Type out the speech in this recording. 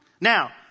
Now